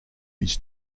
his